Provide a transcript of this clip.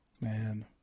man